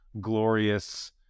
glorious